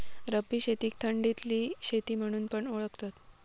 रब्बी शेतीक थंडीतली शेती म्हणून पण ओळखतत